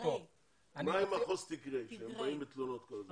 עם מחוז טיגרין שהם באים בתלונות לגביו?